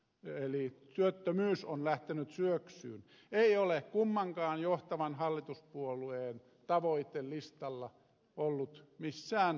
eli työttömyys on lähtenyt syöksyyn ei ole kummankaan johtavan hallituspuolueen tavoitelistalla ollut missään arvossa